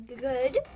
Good